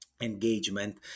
engagement